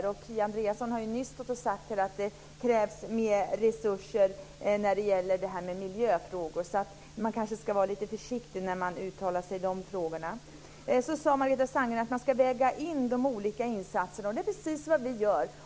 Kia Andreasson har ju nyss stått här och sagt att det krävs mer resurser när det gäller miljöfrågor, så man kanske ska vara lite försiktig när man uttalar sig i de frågorna. Vidare sade Margareta Sandgren att man ska väga in de olika insatserna, och det är precis vad vi gör.